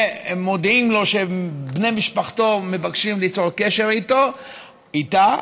ומודיעים לו שבני משפחתו מבקשים ליצור קשר איתו-איתה.